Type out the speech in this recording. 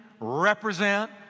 Represent